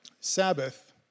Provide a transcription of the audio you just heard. Sabbath